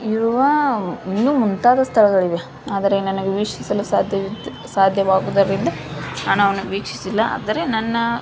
ಇರುವ ಇನ್ನು ಮುಂತಾದ ಸ್ಥಳಗಳಿವೆ ಆದರೆ ನನಗೆ ವೀಕ್ಷಿಸಲು ಸಾಧ್ಯವಿದೆ ಸಾಧ್ಯವಾಗೋದರಿಂದ ನಾನು ಅವನ್ನು ವೀಕ್ಷಿಸಿಲ್ಲ ಆದರೆ ನನ್ನ